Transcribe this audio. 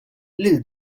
lil